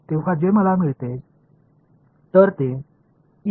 இங்கே உள்ளது மற்றும் இங்கே உள்ளது இவை ரத்து செய்யப்படும்